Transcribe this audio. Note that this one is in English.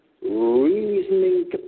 reasoning